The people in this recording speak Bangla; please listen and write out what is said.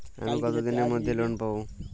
আমি কতদিনের মধ্যে লোন পাব?